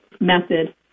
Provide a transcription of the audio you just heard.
method